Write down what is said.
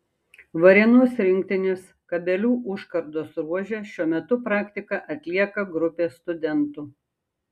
varėnos rinktinės kabelių užkardos ruože šiuo metu praktiką atlieka grupė studentų